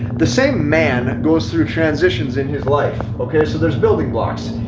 the same man goes through transitions in his life. okay, so there's building blocks.